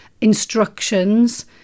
instructions